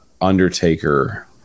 undertaker